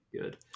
good